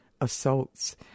assaults